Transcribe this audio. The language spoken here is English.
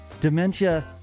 dementia